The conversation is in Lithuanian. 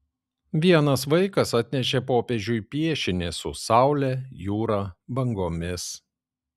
vienas vaikas atnešė popiežiui piešinį su saule jūra bangomis